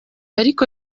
ariko